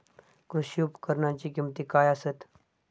कृषी उपकरणाची किमती काय आसत?